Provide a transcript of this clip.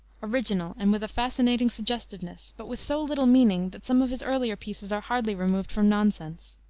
original, and with a fascinating suggestiveness, but with so little meaning that some of his earlier pieces are hardly removed from nonsense.